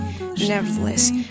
Nevertheless